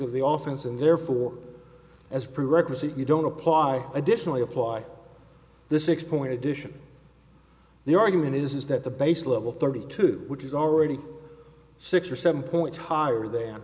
of the office and therefore as prerequisite you don't apply additionally apply this exposure addition the argument is that the base level thirty two which is already six or seven points higher than